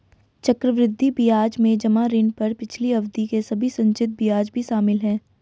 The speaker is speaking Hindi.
चक्रवृद्धि ब्याज में जमा ऋण पर पिछली अवधि के सभी संचित ब्याज भी शामिल हैं